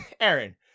Aaron